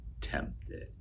tempted